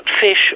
fish